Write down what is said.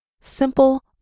simple